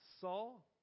Saul